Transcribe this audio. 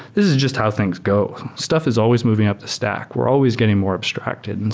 this is just how things go. stuff is always moving up the stack. we're always getting more abstracted. and